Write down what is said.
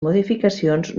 modificacions